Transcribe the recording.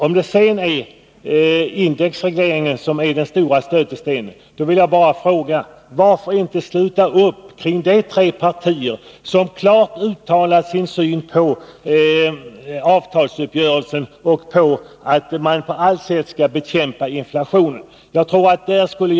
Om det är indexregleringen som är den stora stötestenen, varför då inte sluta upp kring de tre partier som klart uttalat sin syn på den kommande avtalsrörelsen och sagt att inflationen med alla medel skall bekämpas?